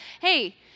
hey